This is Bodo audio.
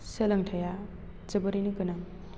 सोलोंथाइआ जोबोरैनो गोनां